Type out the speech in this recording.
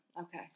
Okay